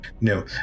No